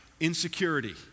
insecurity